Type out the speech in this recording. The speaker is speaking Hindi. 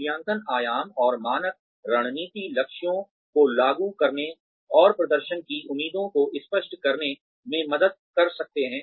मूल्यांकन आयाम और मानक रणनीतिक लक्ष्यों को लागू करने और प्रदर्शन की उम्मीदों को स्पष्ट करने में मदद कर सकते हैं